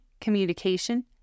communication